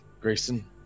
Grayson